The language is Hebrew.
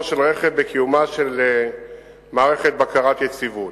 של רכב בקיומה של מערכת בקרת יציבות.